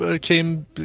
came